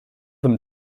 them